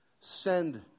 send